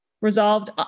resolved